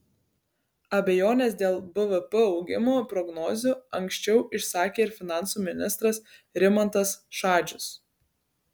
abejones dėl bvp augimo prognozių anksčiau išsakė ir finansų ministras rimantas šadžius